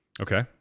Okay